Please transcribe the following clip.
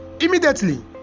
immediately